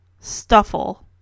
Stuffle